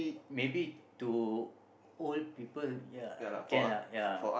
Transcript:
maybe to old people ya can lah ya